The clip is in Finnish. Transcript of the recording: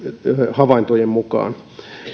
havaintojen mukaan